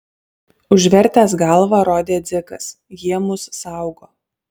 užvertęs galvą rodė dzikas jie mus saugo